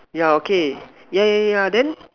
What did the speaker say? yeah okay yeah yeah yeah then